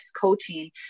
coaching